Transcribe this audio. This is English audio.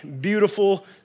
beautiful